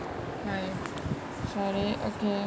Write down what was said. hi சரி:sari okay